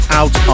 out